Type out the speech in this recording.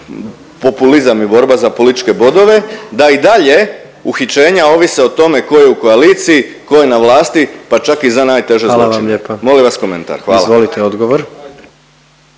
populizam i borba za političke bodove, da i dalje uhićenja ovise o tome tko je u koaliciji, tko je na vlasti pa čak i za najteže zločine. …/Upadica predsjednik: Hvala vam lijepa./… Molim vas komentar. Hvala. **Jandroković,